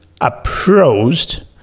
approached